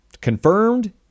confirmed